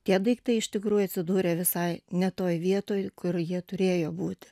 tie daiktai iš tikrųjų atsidūrė visai ne toj vietoj kur jie turėjo būti